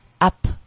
up